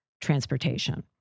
transportation